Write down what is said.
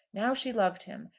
now she loved him.